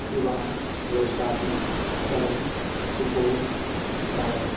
Siwan Vaishali Saran Supaul Sitamarhi